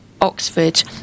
Oxford